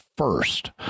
first